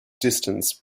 distance